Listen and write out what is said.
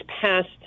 passed